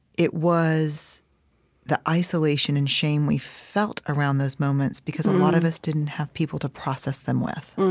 it was the isolation and shame we felt around those moments because a lot of us didn't have people to process them with